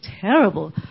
terrible